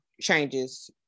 changes